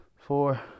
four